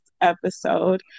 episode